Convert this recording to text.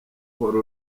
uhora